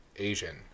asian